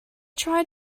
tried